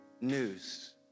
news